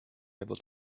able